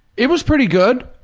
it was pretty good.